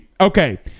Okay